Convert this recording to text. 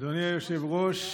אדוני היושב-ראש,